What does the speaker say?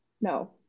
No